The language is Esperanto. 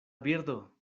birdo